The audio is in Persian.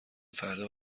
فردا